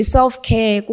Self-care